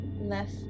left